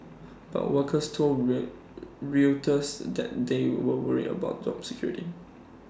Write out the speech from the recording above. but workers told re Reuters that they were worried about job security